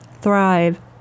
thrive